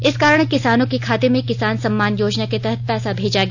इस कारण किसानों के खाते में किसान सम्मान योजना के तहत पैसा भेजा गया